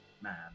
man